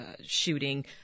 shooting